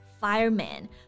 fireman